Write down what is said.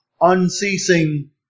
unceasing